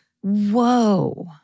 Whoa